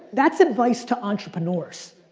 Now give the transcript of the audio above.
that's advice to entrepreneurs,